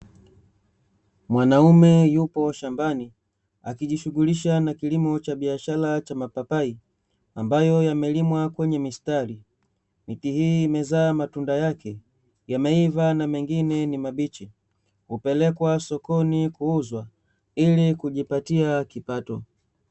Mwanaume yupo shambani, akijishughulisha na kilimo cha biashara cha mapapai, ambayo yamelimwa kwenye mistari. Miti hii imezaa matunda yake, yameiva na mengine ni mabichi; hupelekwa sokoni kuuzwa, ili kujipatia kipato.